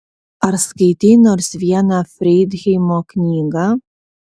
ar skaitei nors vieną freidheimo knygą